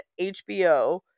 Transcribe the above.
HBO